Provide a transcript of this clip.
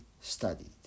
studied